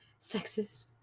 Sexist